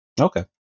Okay